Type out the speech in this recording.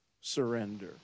surrender